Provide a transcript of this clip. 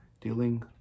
dealing